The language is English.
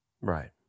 Right